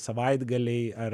savaitgaliai ar